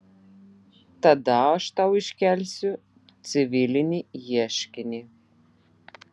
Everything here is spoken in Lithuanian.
tada aš tau iškelsiu civilinį ieškinį